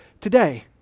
today